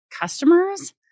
customers